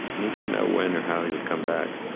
and he didn't know when or how he would come back.